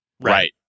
Right